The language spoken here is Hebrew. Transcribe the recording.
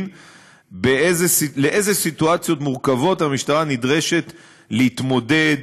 איזה סיטואציות מורכבות המשטרה נדרשת להתמודד,